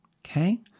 Okay